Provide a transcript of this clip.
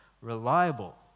reliable